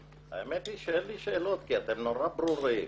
האמת היא שאין לי שאלות, כי אתם נורא ברורים,